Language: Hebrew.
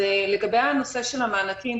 לגבי הנושא של המענקים,